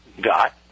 got